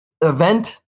event